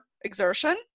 exertion